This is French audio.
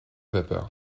vapeur